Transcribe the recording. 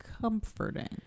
comforting